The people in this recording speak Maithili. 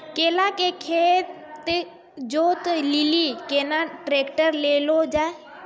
केला के खेत जोत लिली केना ट्रैक्टर ले लो जा?